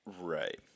right